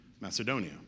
Macedonia